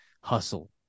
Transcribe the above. hustle